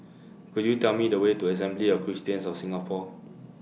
Could YOU Tell Me The Way to Assembly of Christians of Singapore